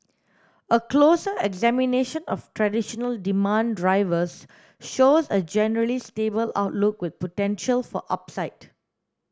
a closer examination of traditional demand drivers shows a generally stable outlook with potential for upside